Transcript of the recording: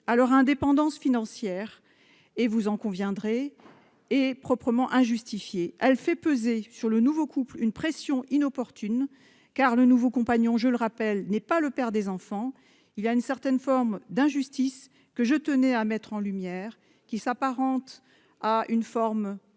à leur indépendance financière et, vous en conviendrez, proprement injustifiée. Elle fait peser sur le nouveau couple une pression inopportune, car le nouveau compagnon, je le rappelle, n'est pas le père des enfants. Il y a là une certaine forme d'injustice que je tenais à mettre en lumière, qui s'apparente à une forme